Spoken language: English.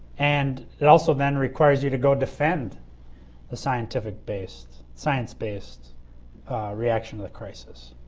and it also then requires you to go defend the scientific based science based reaction to the crisis.